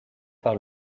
par